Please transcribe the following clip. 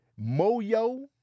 Moyo